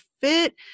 fit